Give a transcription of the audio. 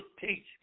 teach